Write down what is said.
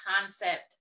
concept